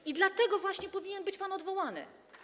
I dlatego właśnie powinien być pan odwołany.